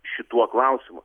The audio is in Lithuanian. šituo klausimu